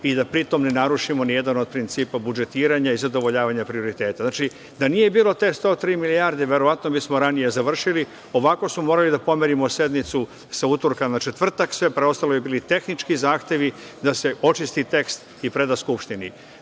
i da pri tome ne narušimo nijedan od principa budžetiranja i zadovoljavanja prioriteta. Znači, da nije bilo te 103 milijarde, verovatno bismo ranije završili. Ovako smo morali da pomerimo sednicu sa utorka na četvrtak. Sve preostalo su bili tehnički zahtevi da se očisti tekst i preda Skupštini.